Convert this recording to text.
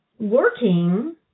Working